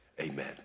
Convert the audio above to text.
amen